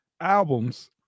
albums